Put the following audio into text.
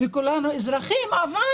וכולנו אזרחים אבל